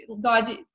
Guys